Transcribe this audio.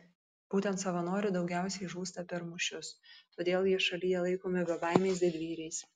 būtent savanorių daugiausiai žūsta per mūšius todėl jie šalyje laikomi bebaimiais didvyriais